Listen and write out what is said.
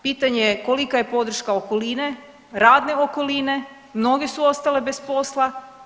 Pitanje je kolika je podrška okoline, radne okoline, mnoge su ostale bez posla.